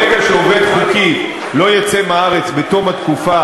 ברגע שעובד חוקי לא יצא מהארץ בתום התקופה